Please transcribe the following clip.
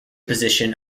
position